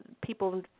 people